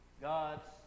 God's